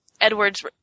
Edward's